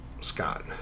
Scott